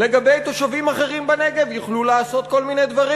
לגבי תושבים אחרים בנגב יוכלו לעשות כל מיני דברים,